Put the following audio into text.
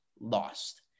lost